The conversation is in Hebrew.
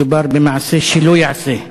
מדובר במעשה שלא ייעשה,